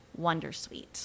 Wondersuite